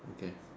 okay